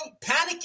panicking